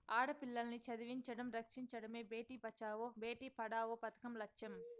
ఆడపిల్లల్ని చదివించడం, రక్షించడమే భేటీ బచావో బేటీ పడావో పదకం లచ్చెం